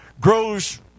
grows